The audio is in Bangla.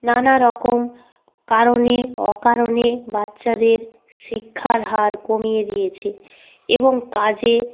নানারকম কারণে অকারণে বাচ্চাদের শিক্ষার হার কমিয়ে দিয়েছে এবং কাজে